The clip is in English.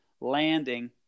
landing